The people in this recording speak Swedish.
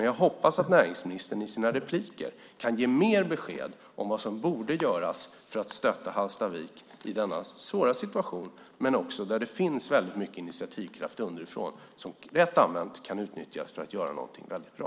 Jag hoppas att näringsministern i sina kommande inlägg kan ge mer besked om vad som borde göras för att stötta Hallstavik i denna svåra situation där det dock finns mycket initiativkraft underifrån som rätt använd kan utnyttjas för att göra något bra.